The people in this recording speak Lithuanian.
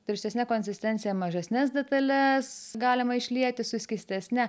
tirštesne konsistencija mažesnes detales galima išlieti su skystesne